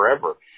forever